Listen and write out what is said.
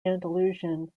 andalusian